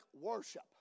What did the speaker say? worship